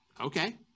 okay